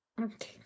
Okay